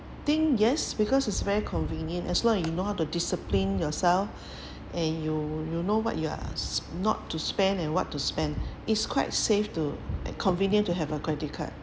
think yes because it's very convenient as long you know how to discipline yourself and you you know what you are not to spend and what to spend it's quite safe to convenient to have a credit card